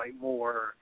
more